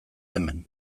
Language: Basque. hemen